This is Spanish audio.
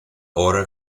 hora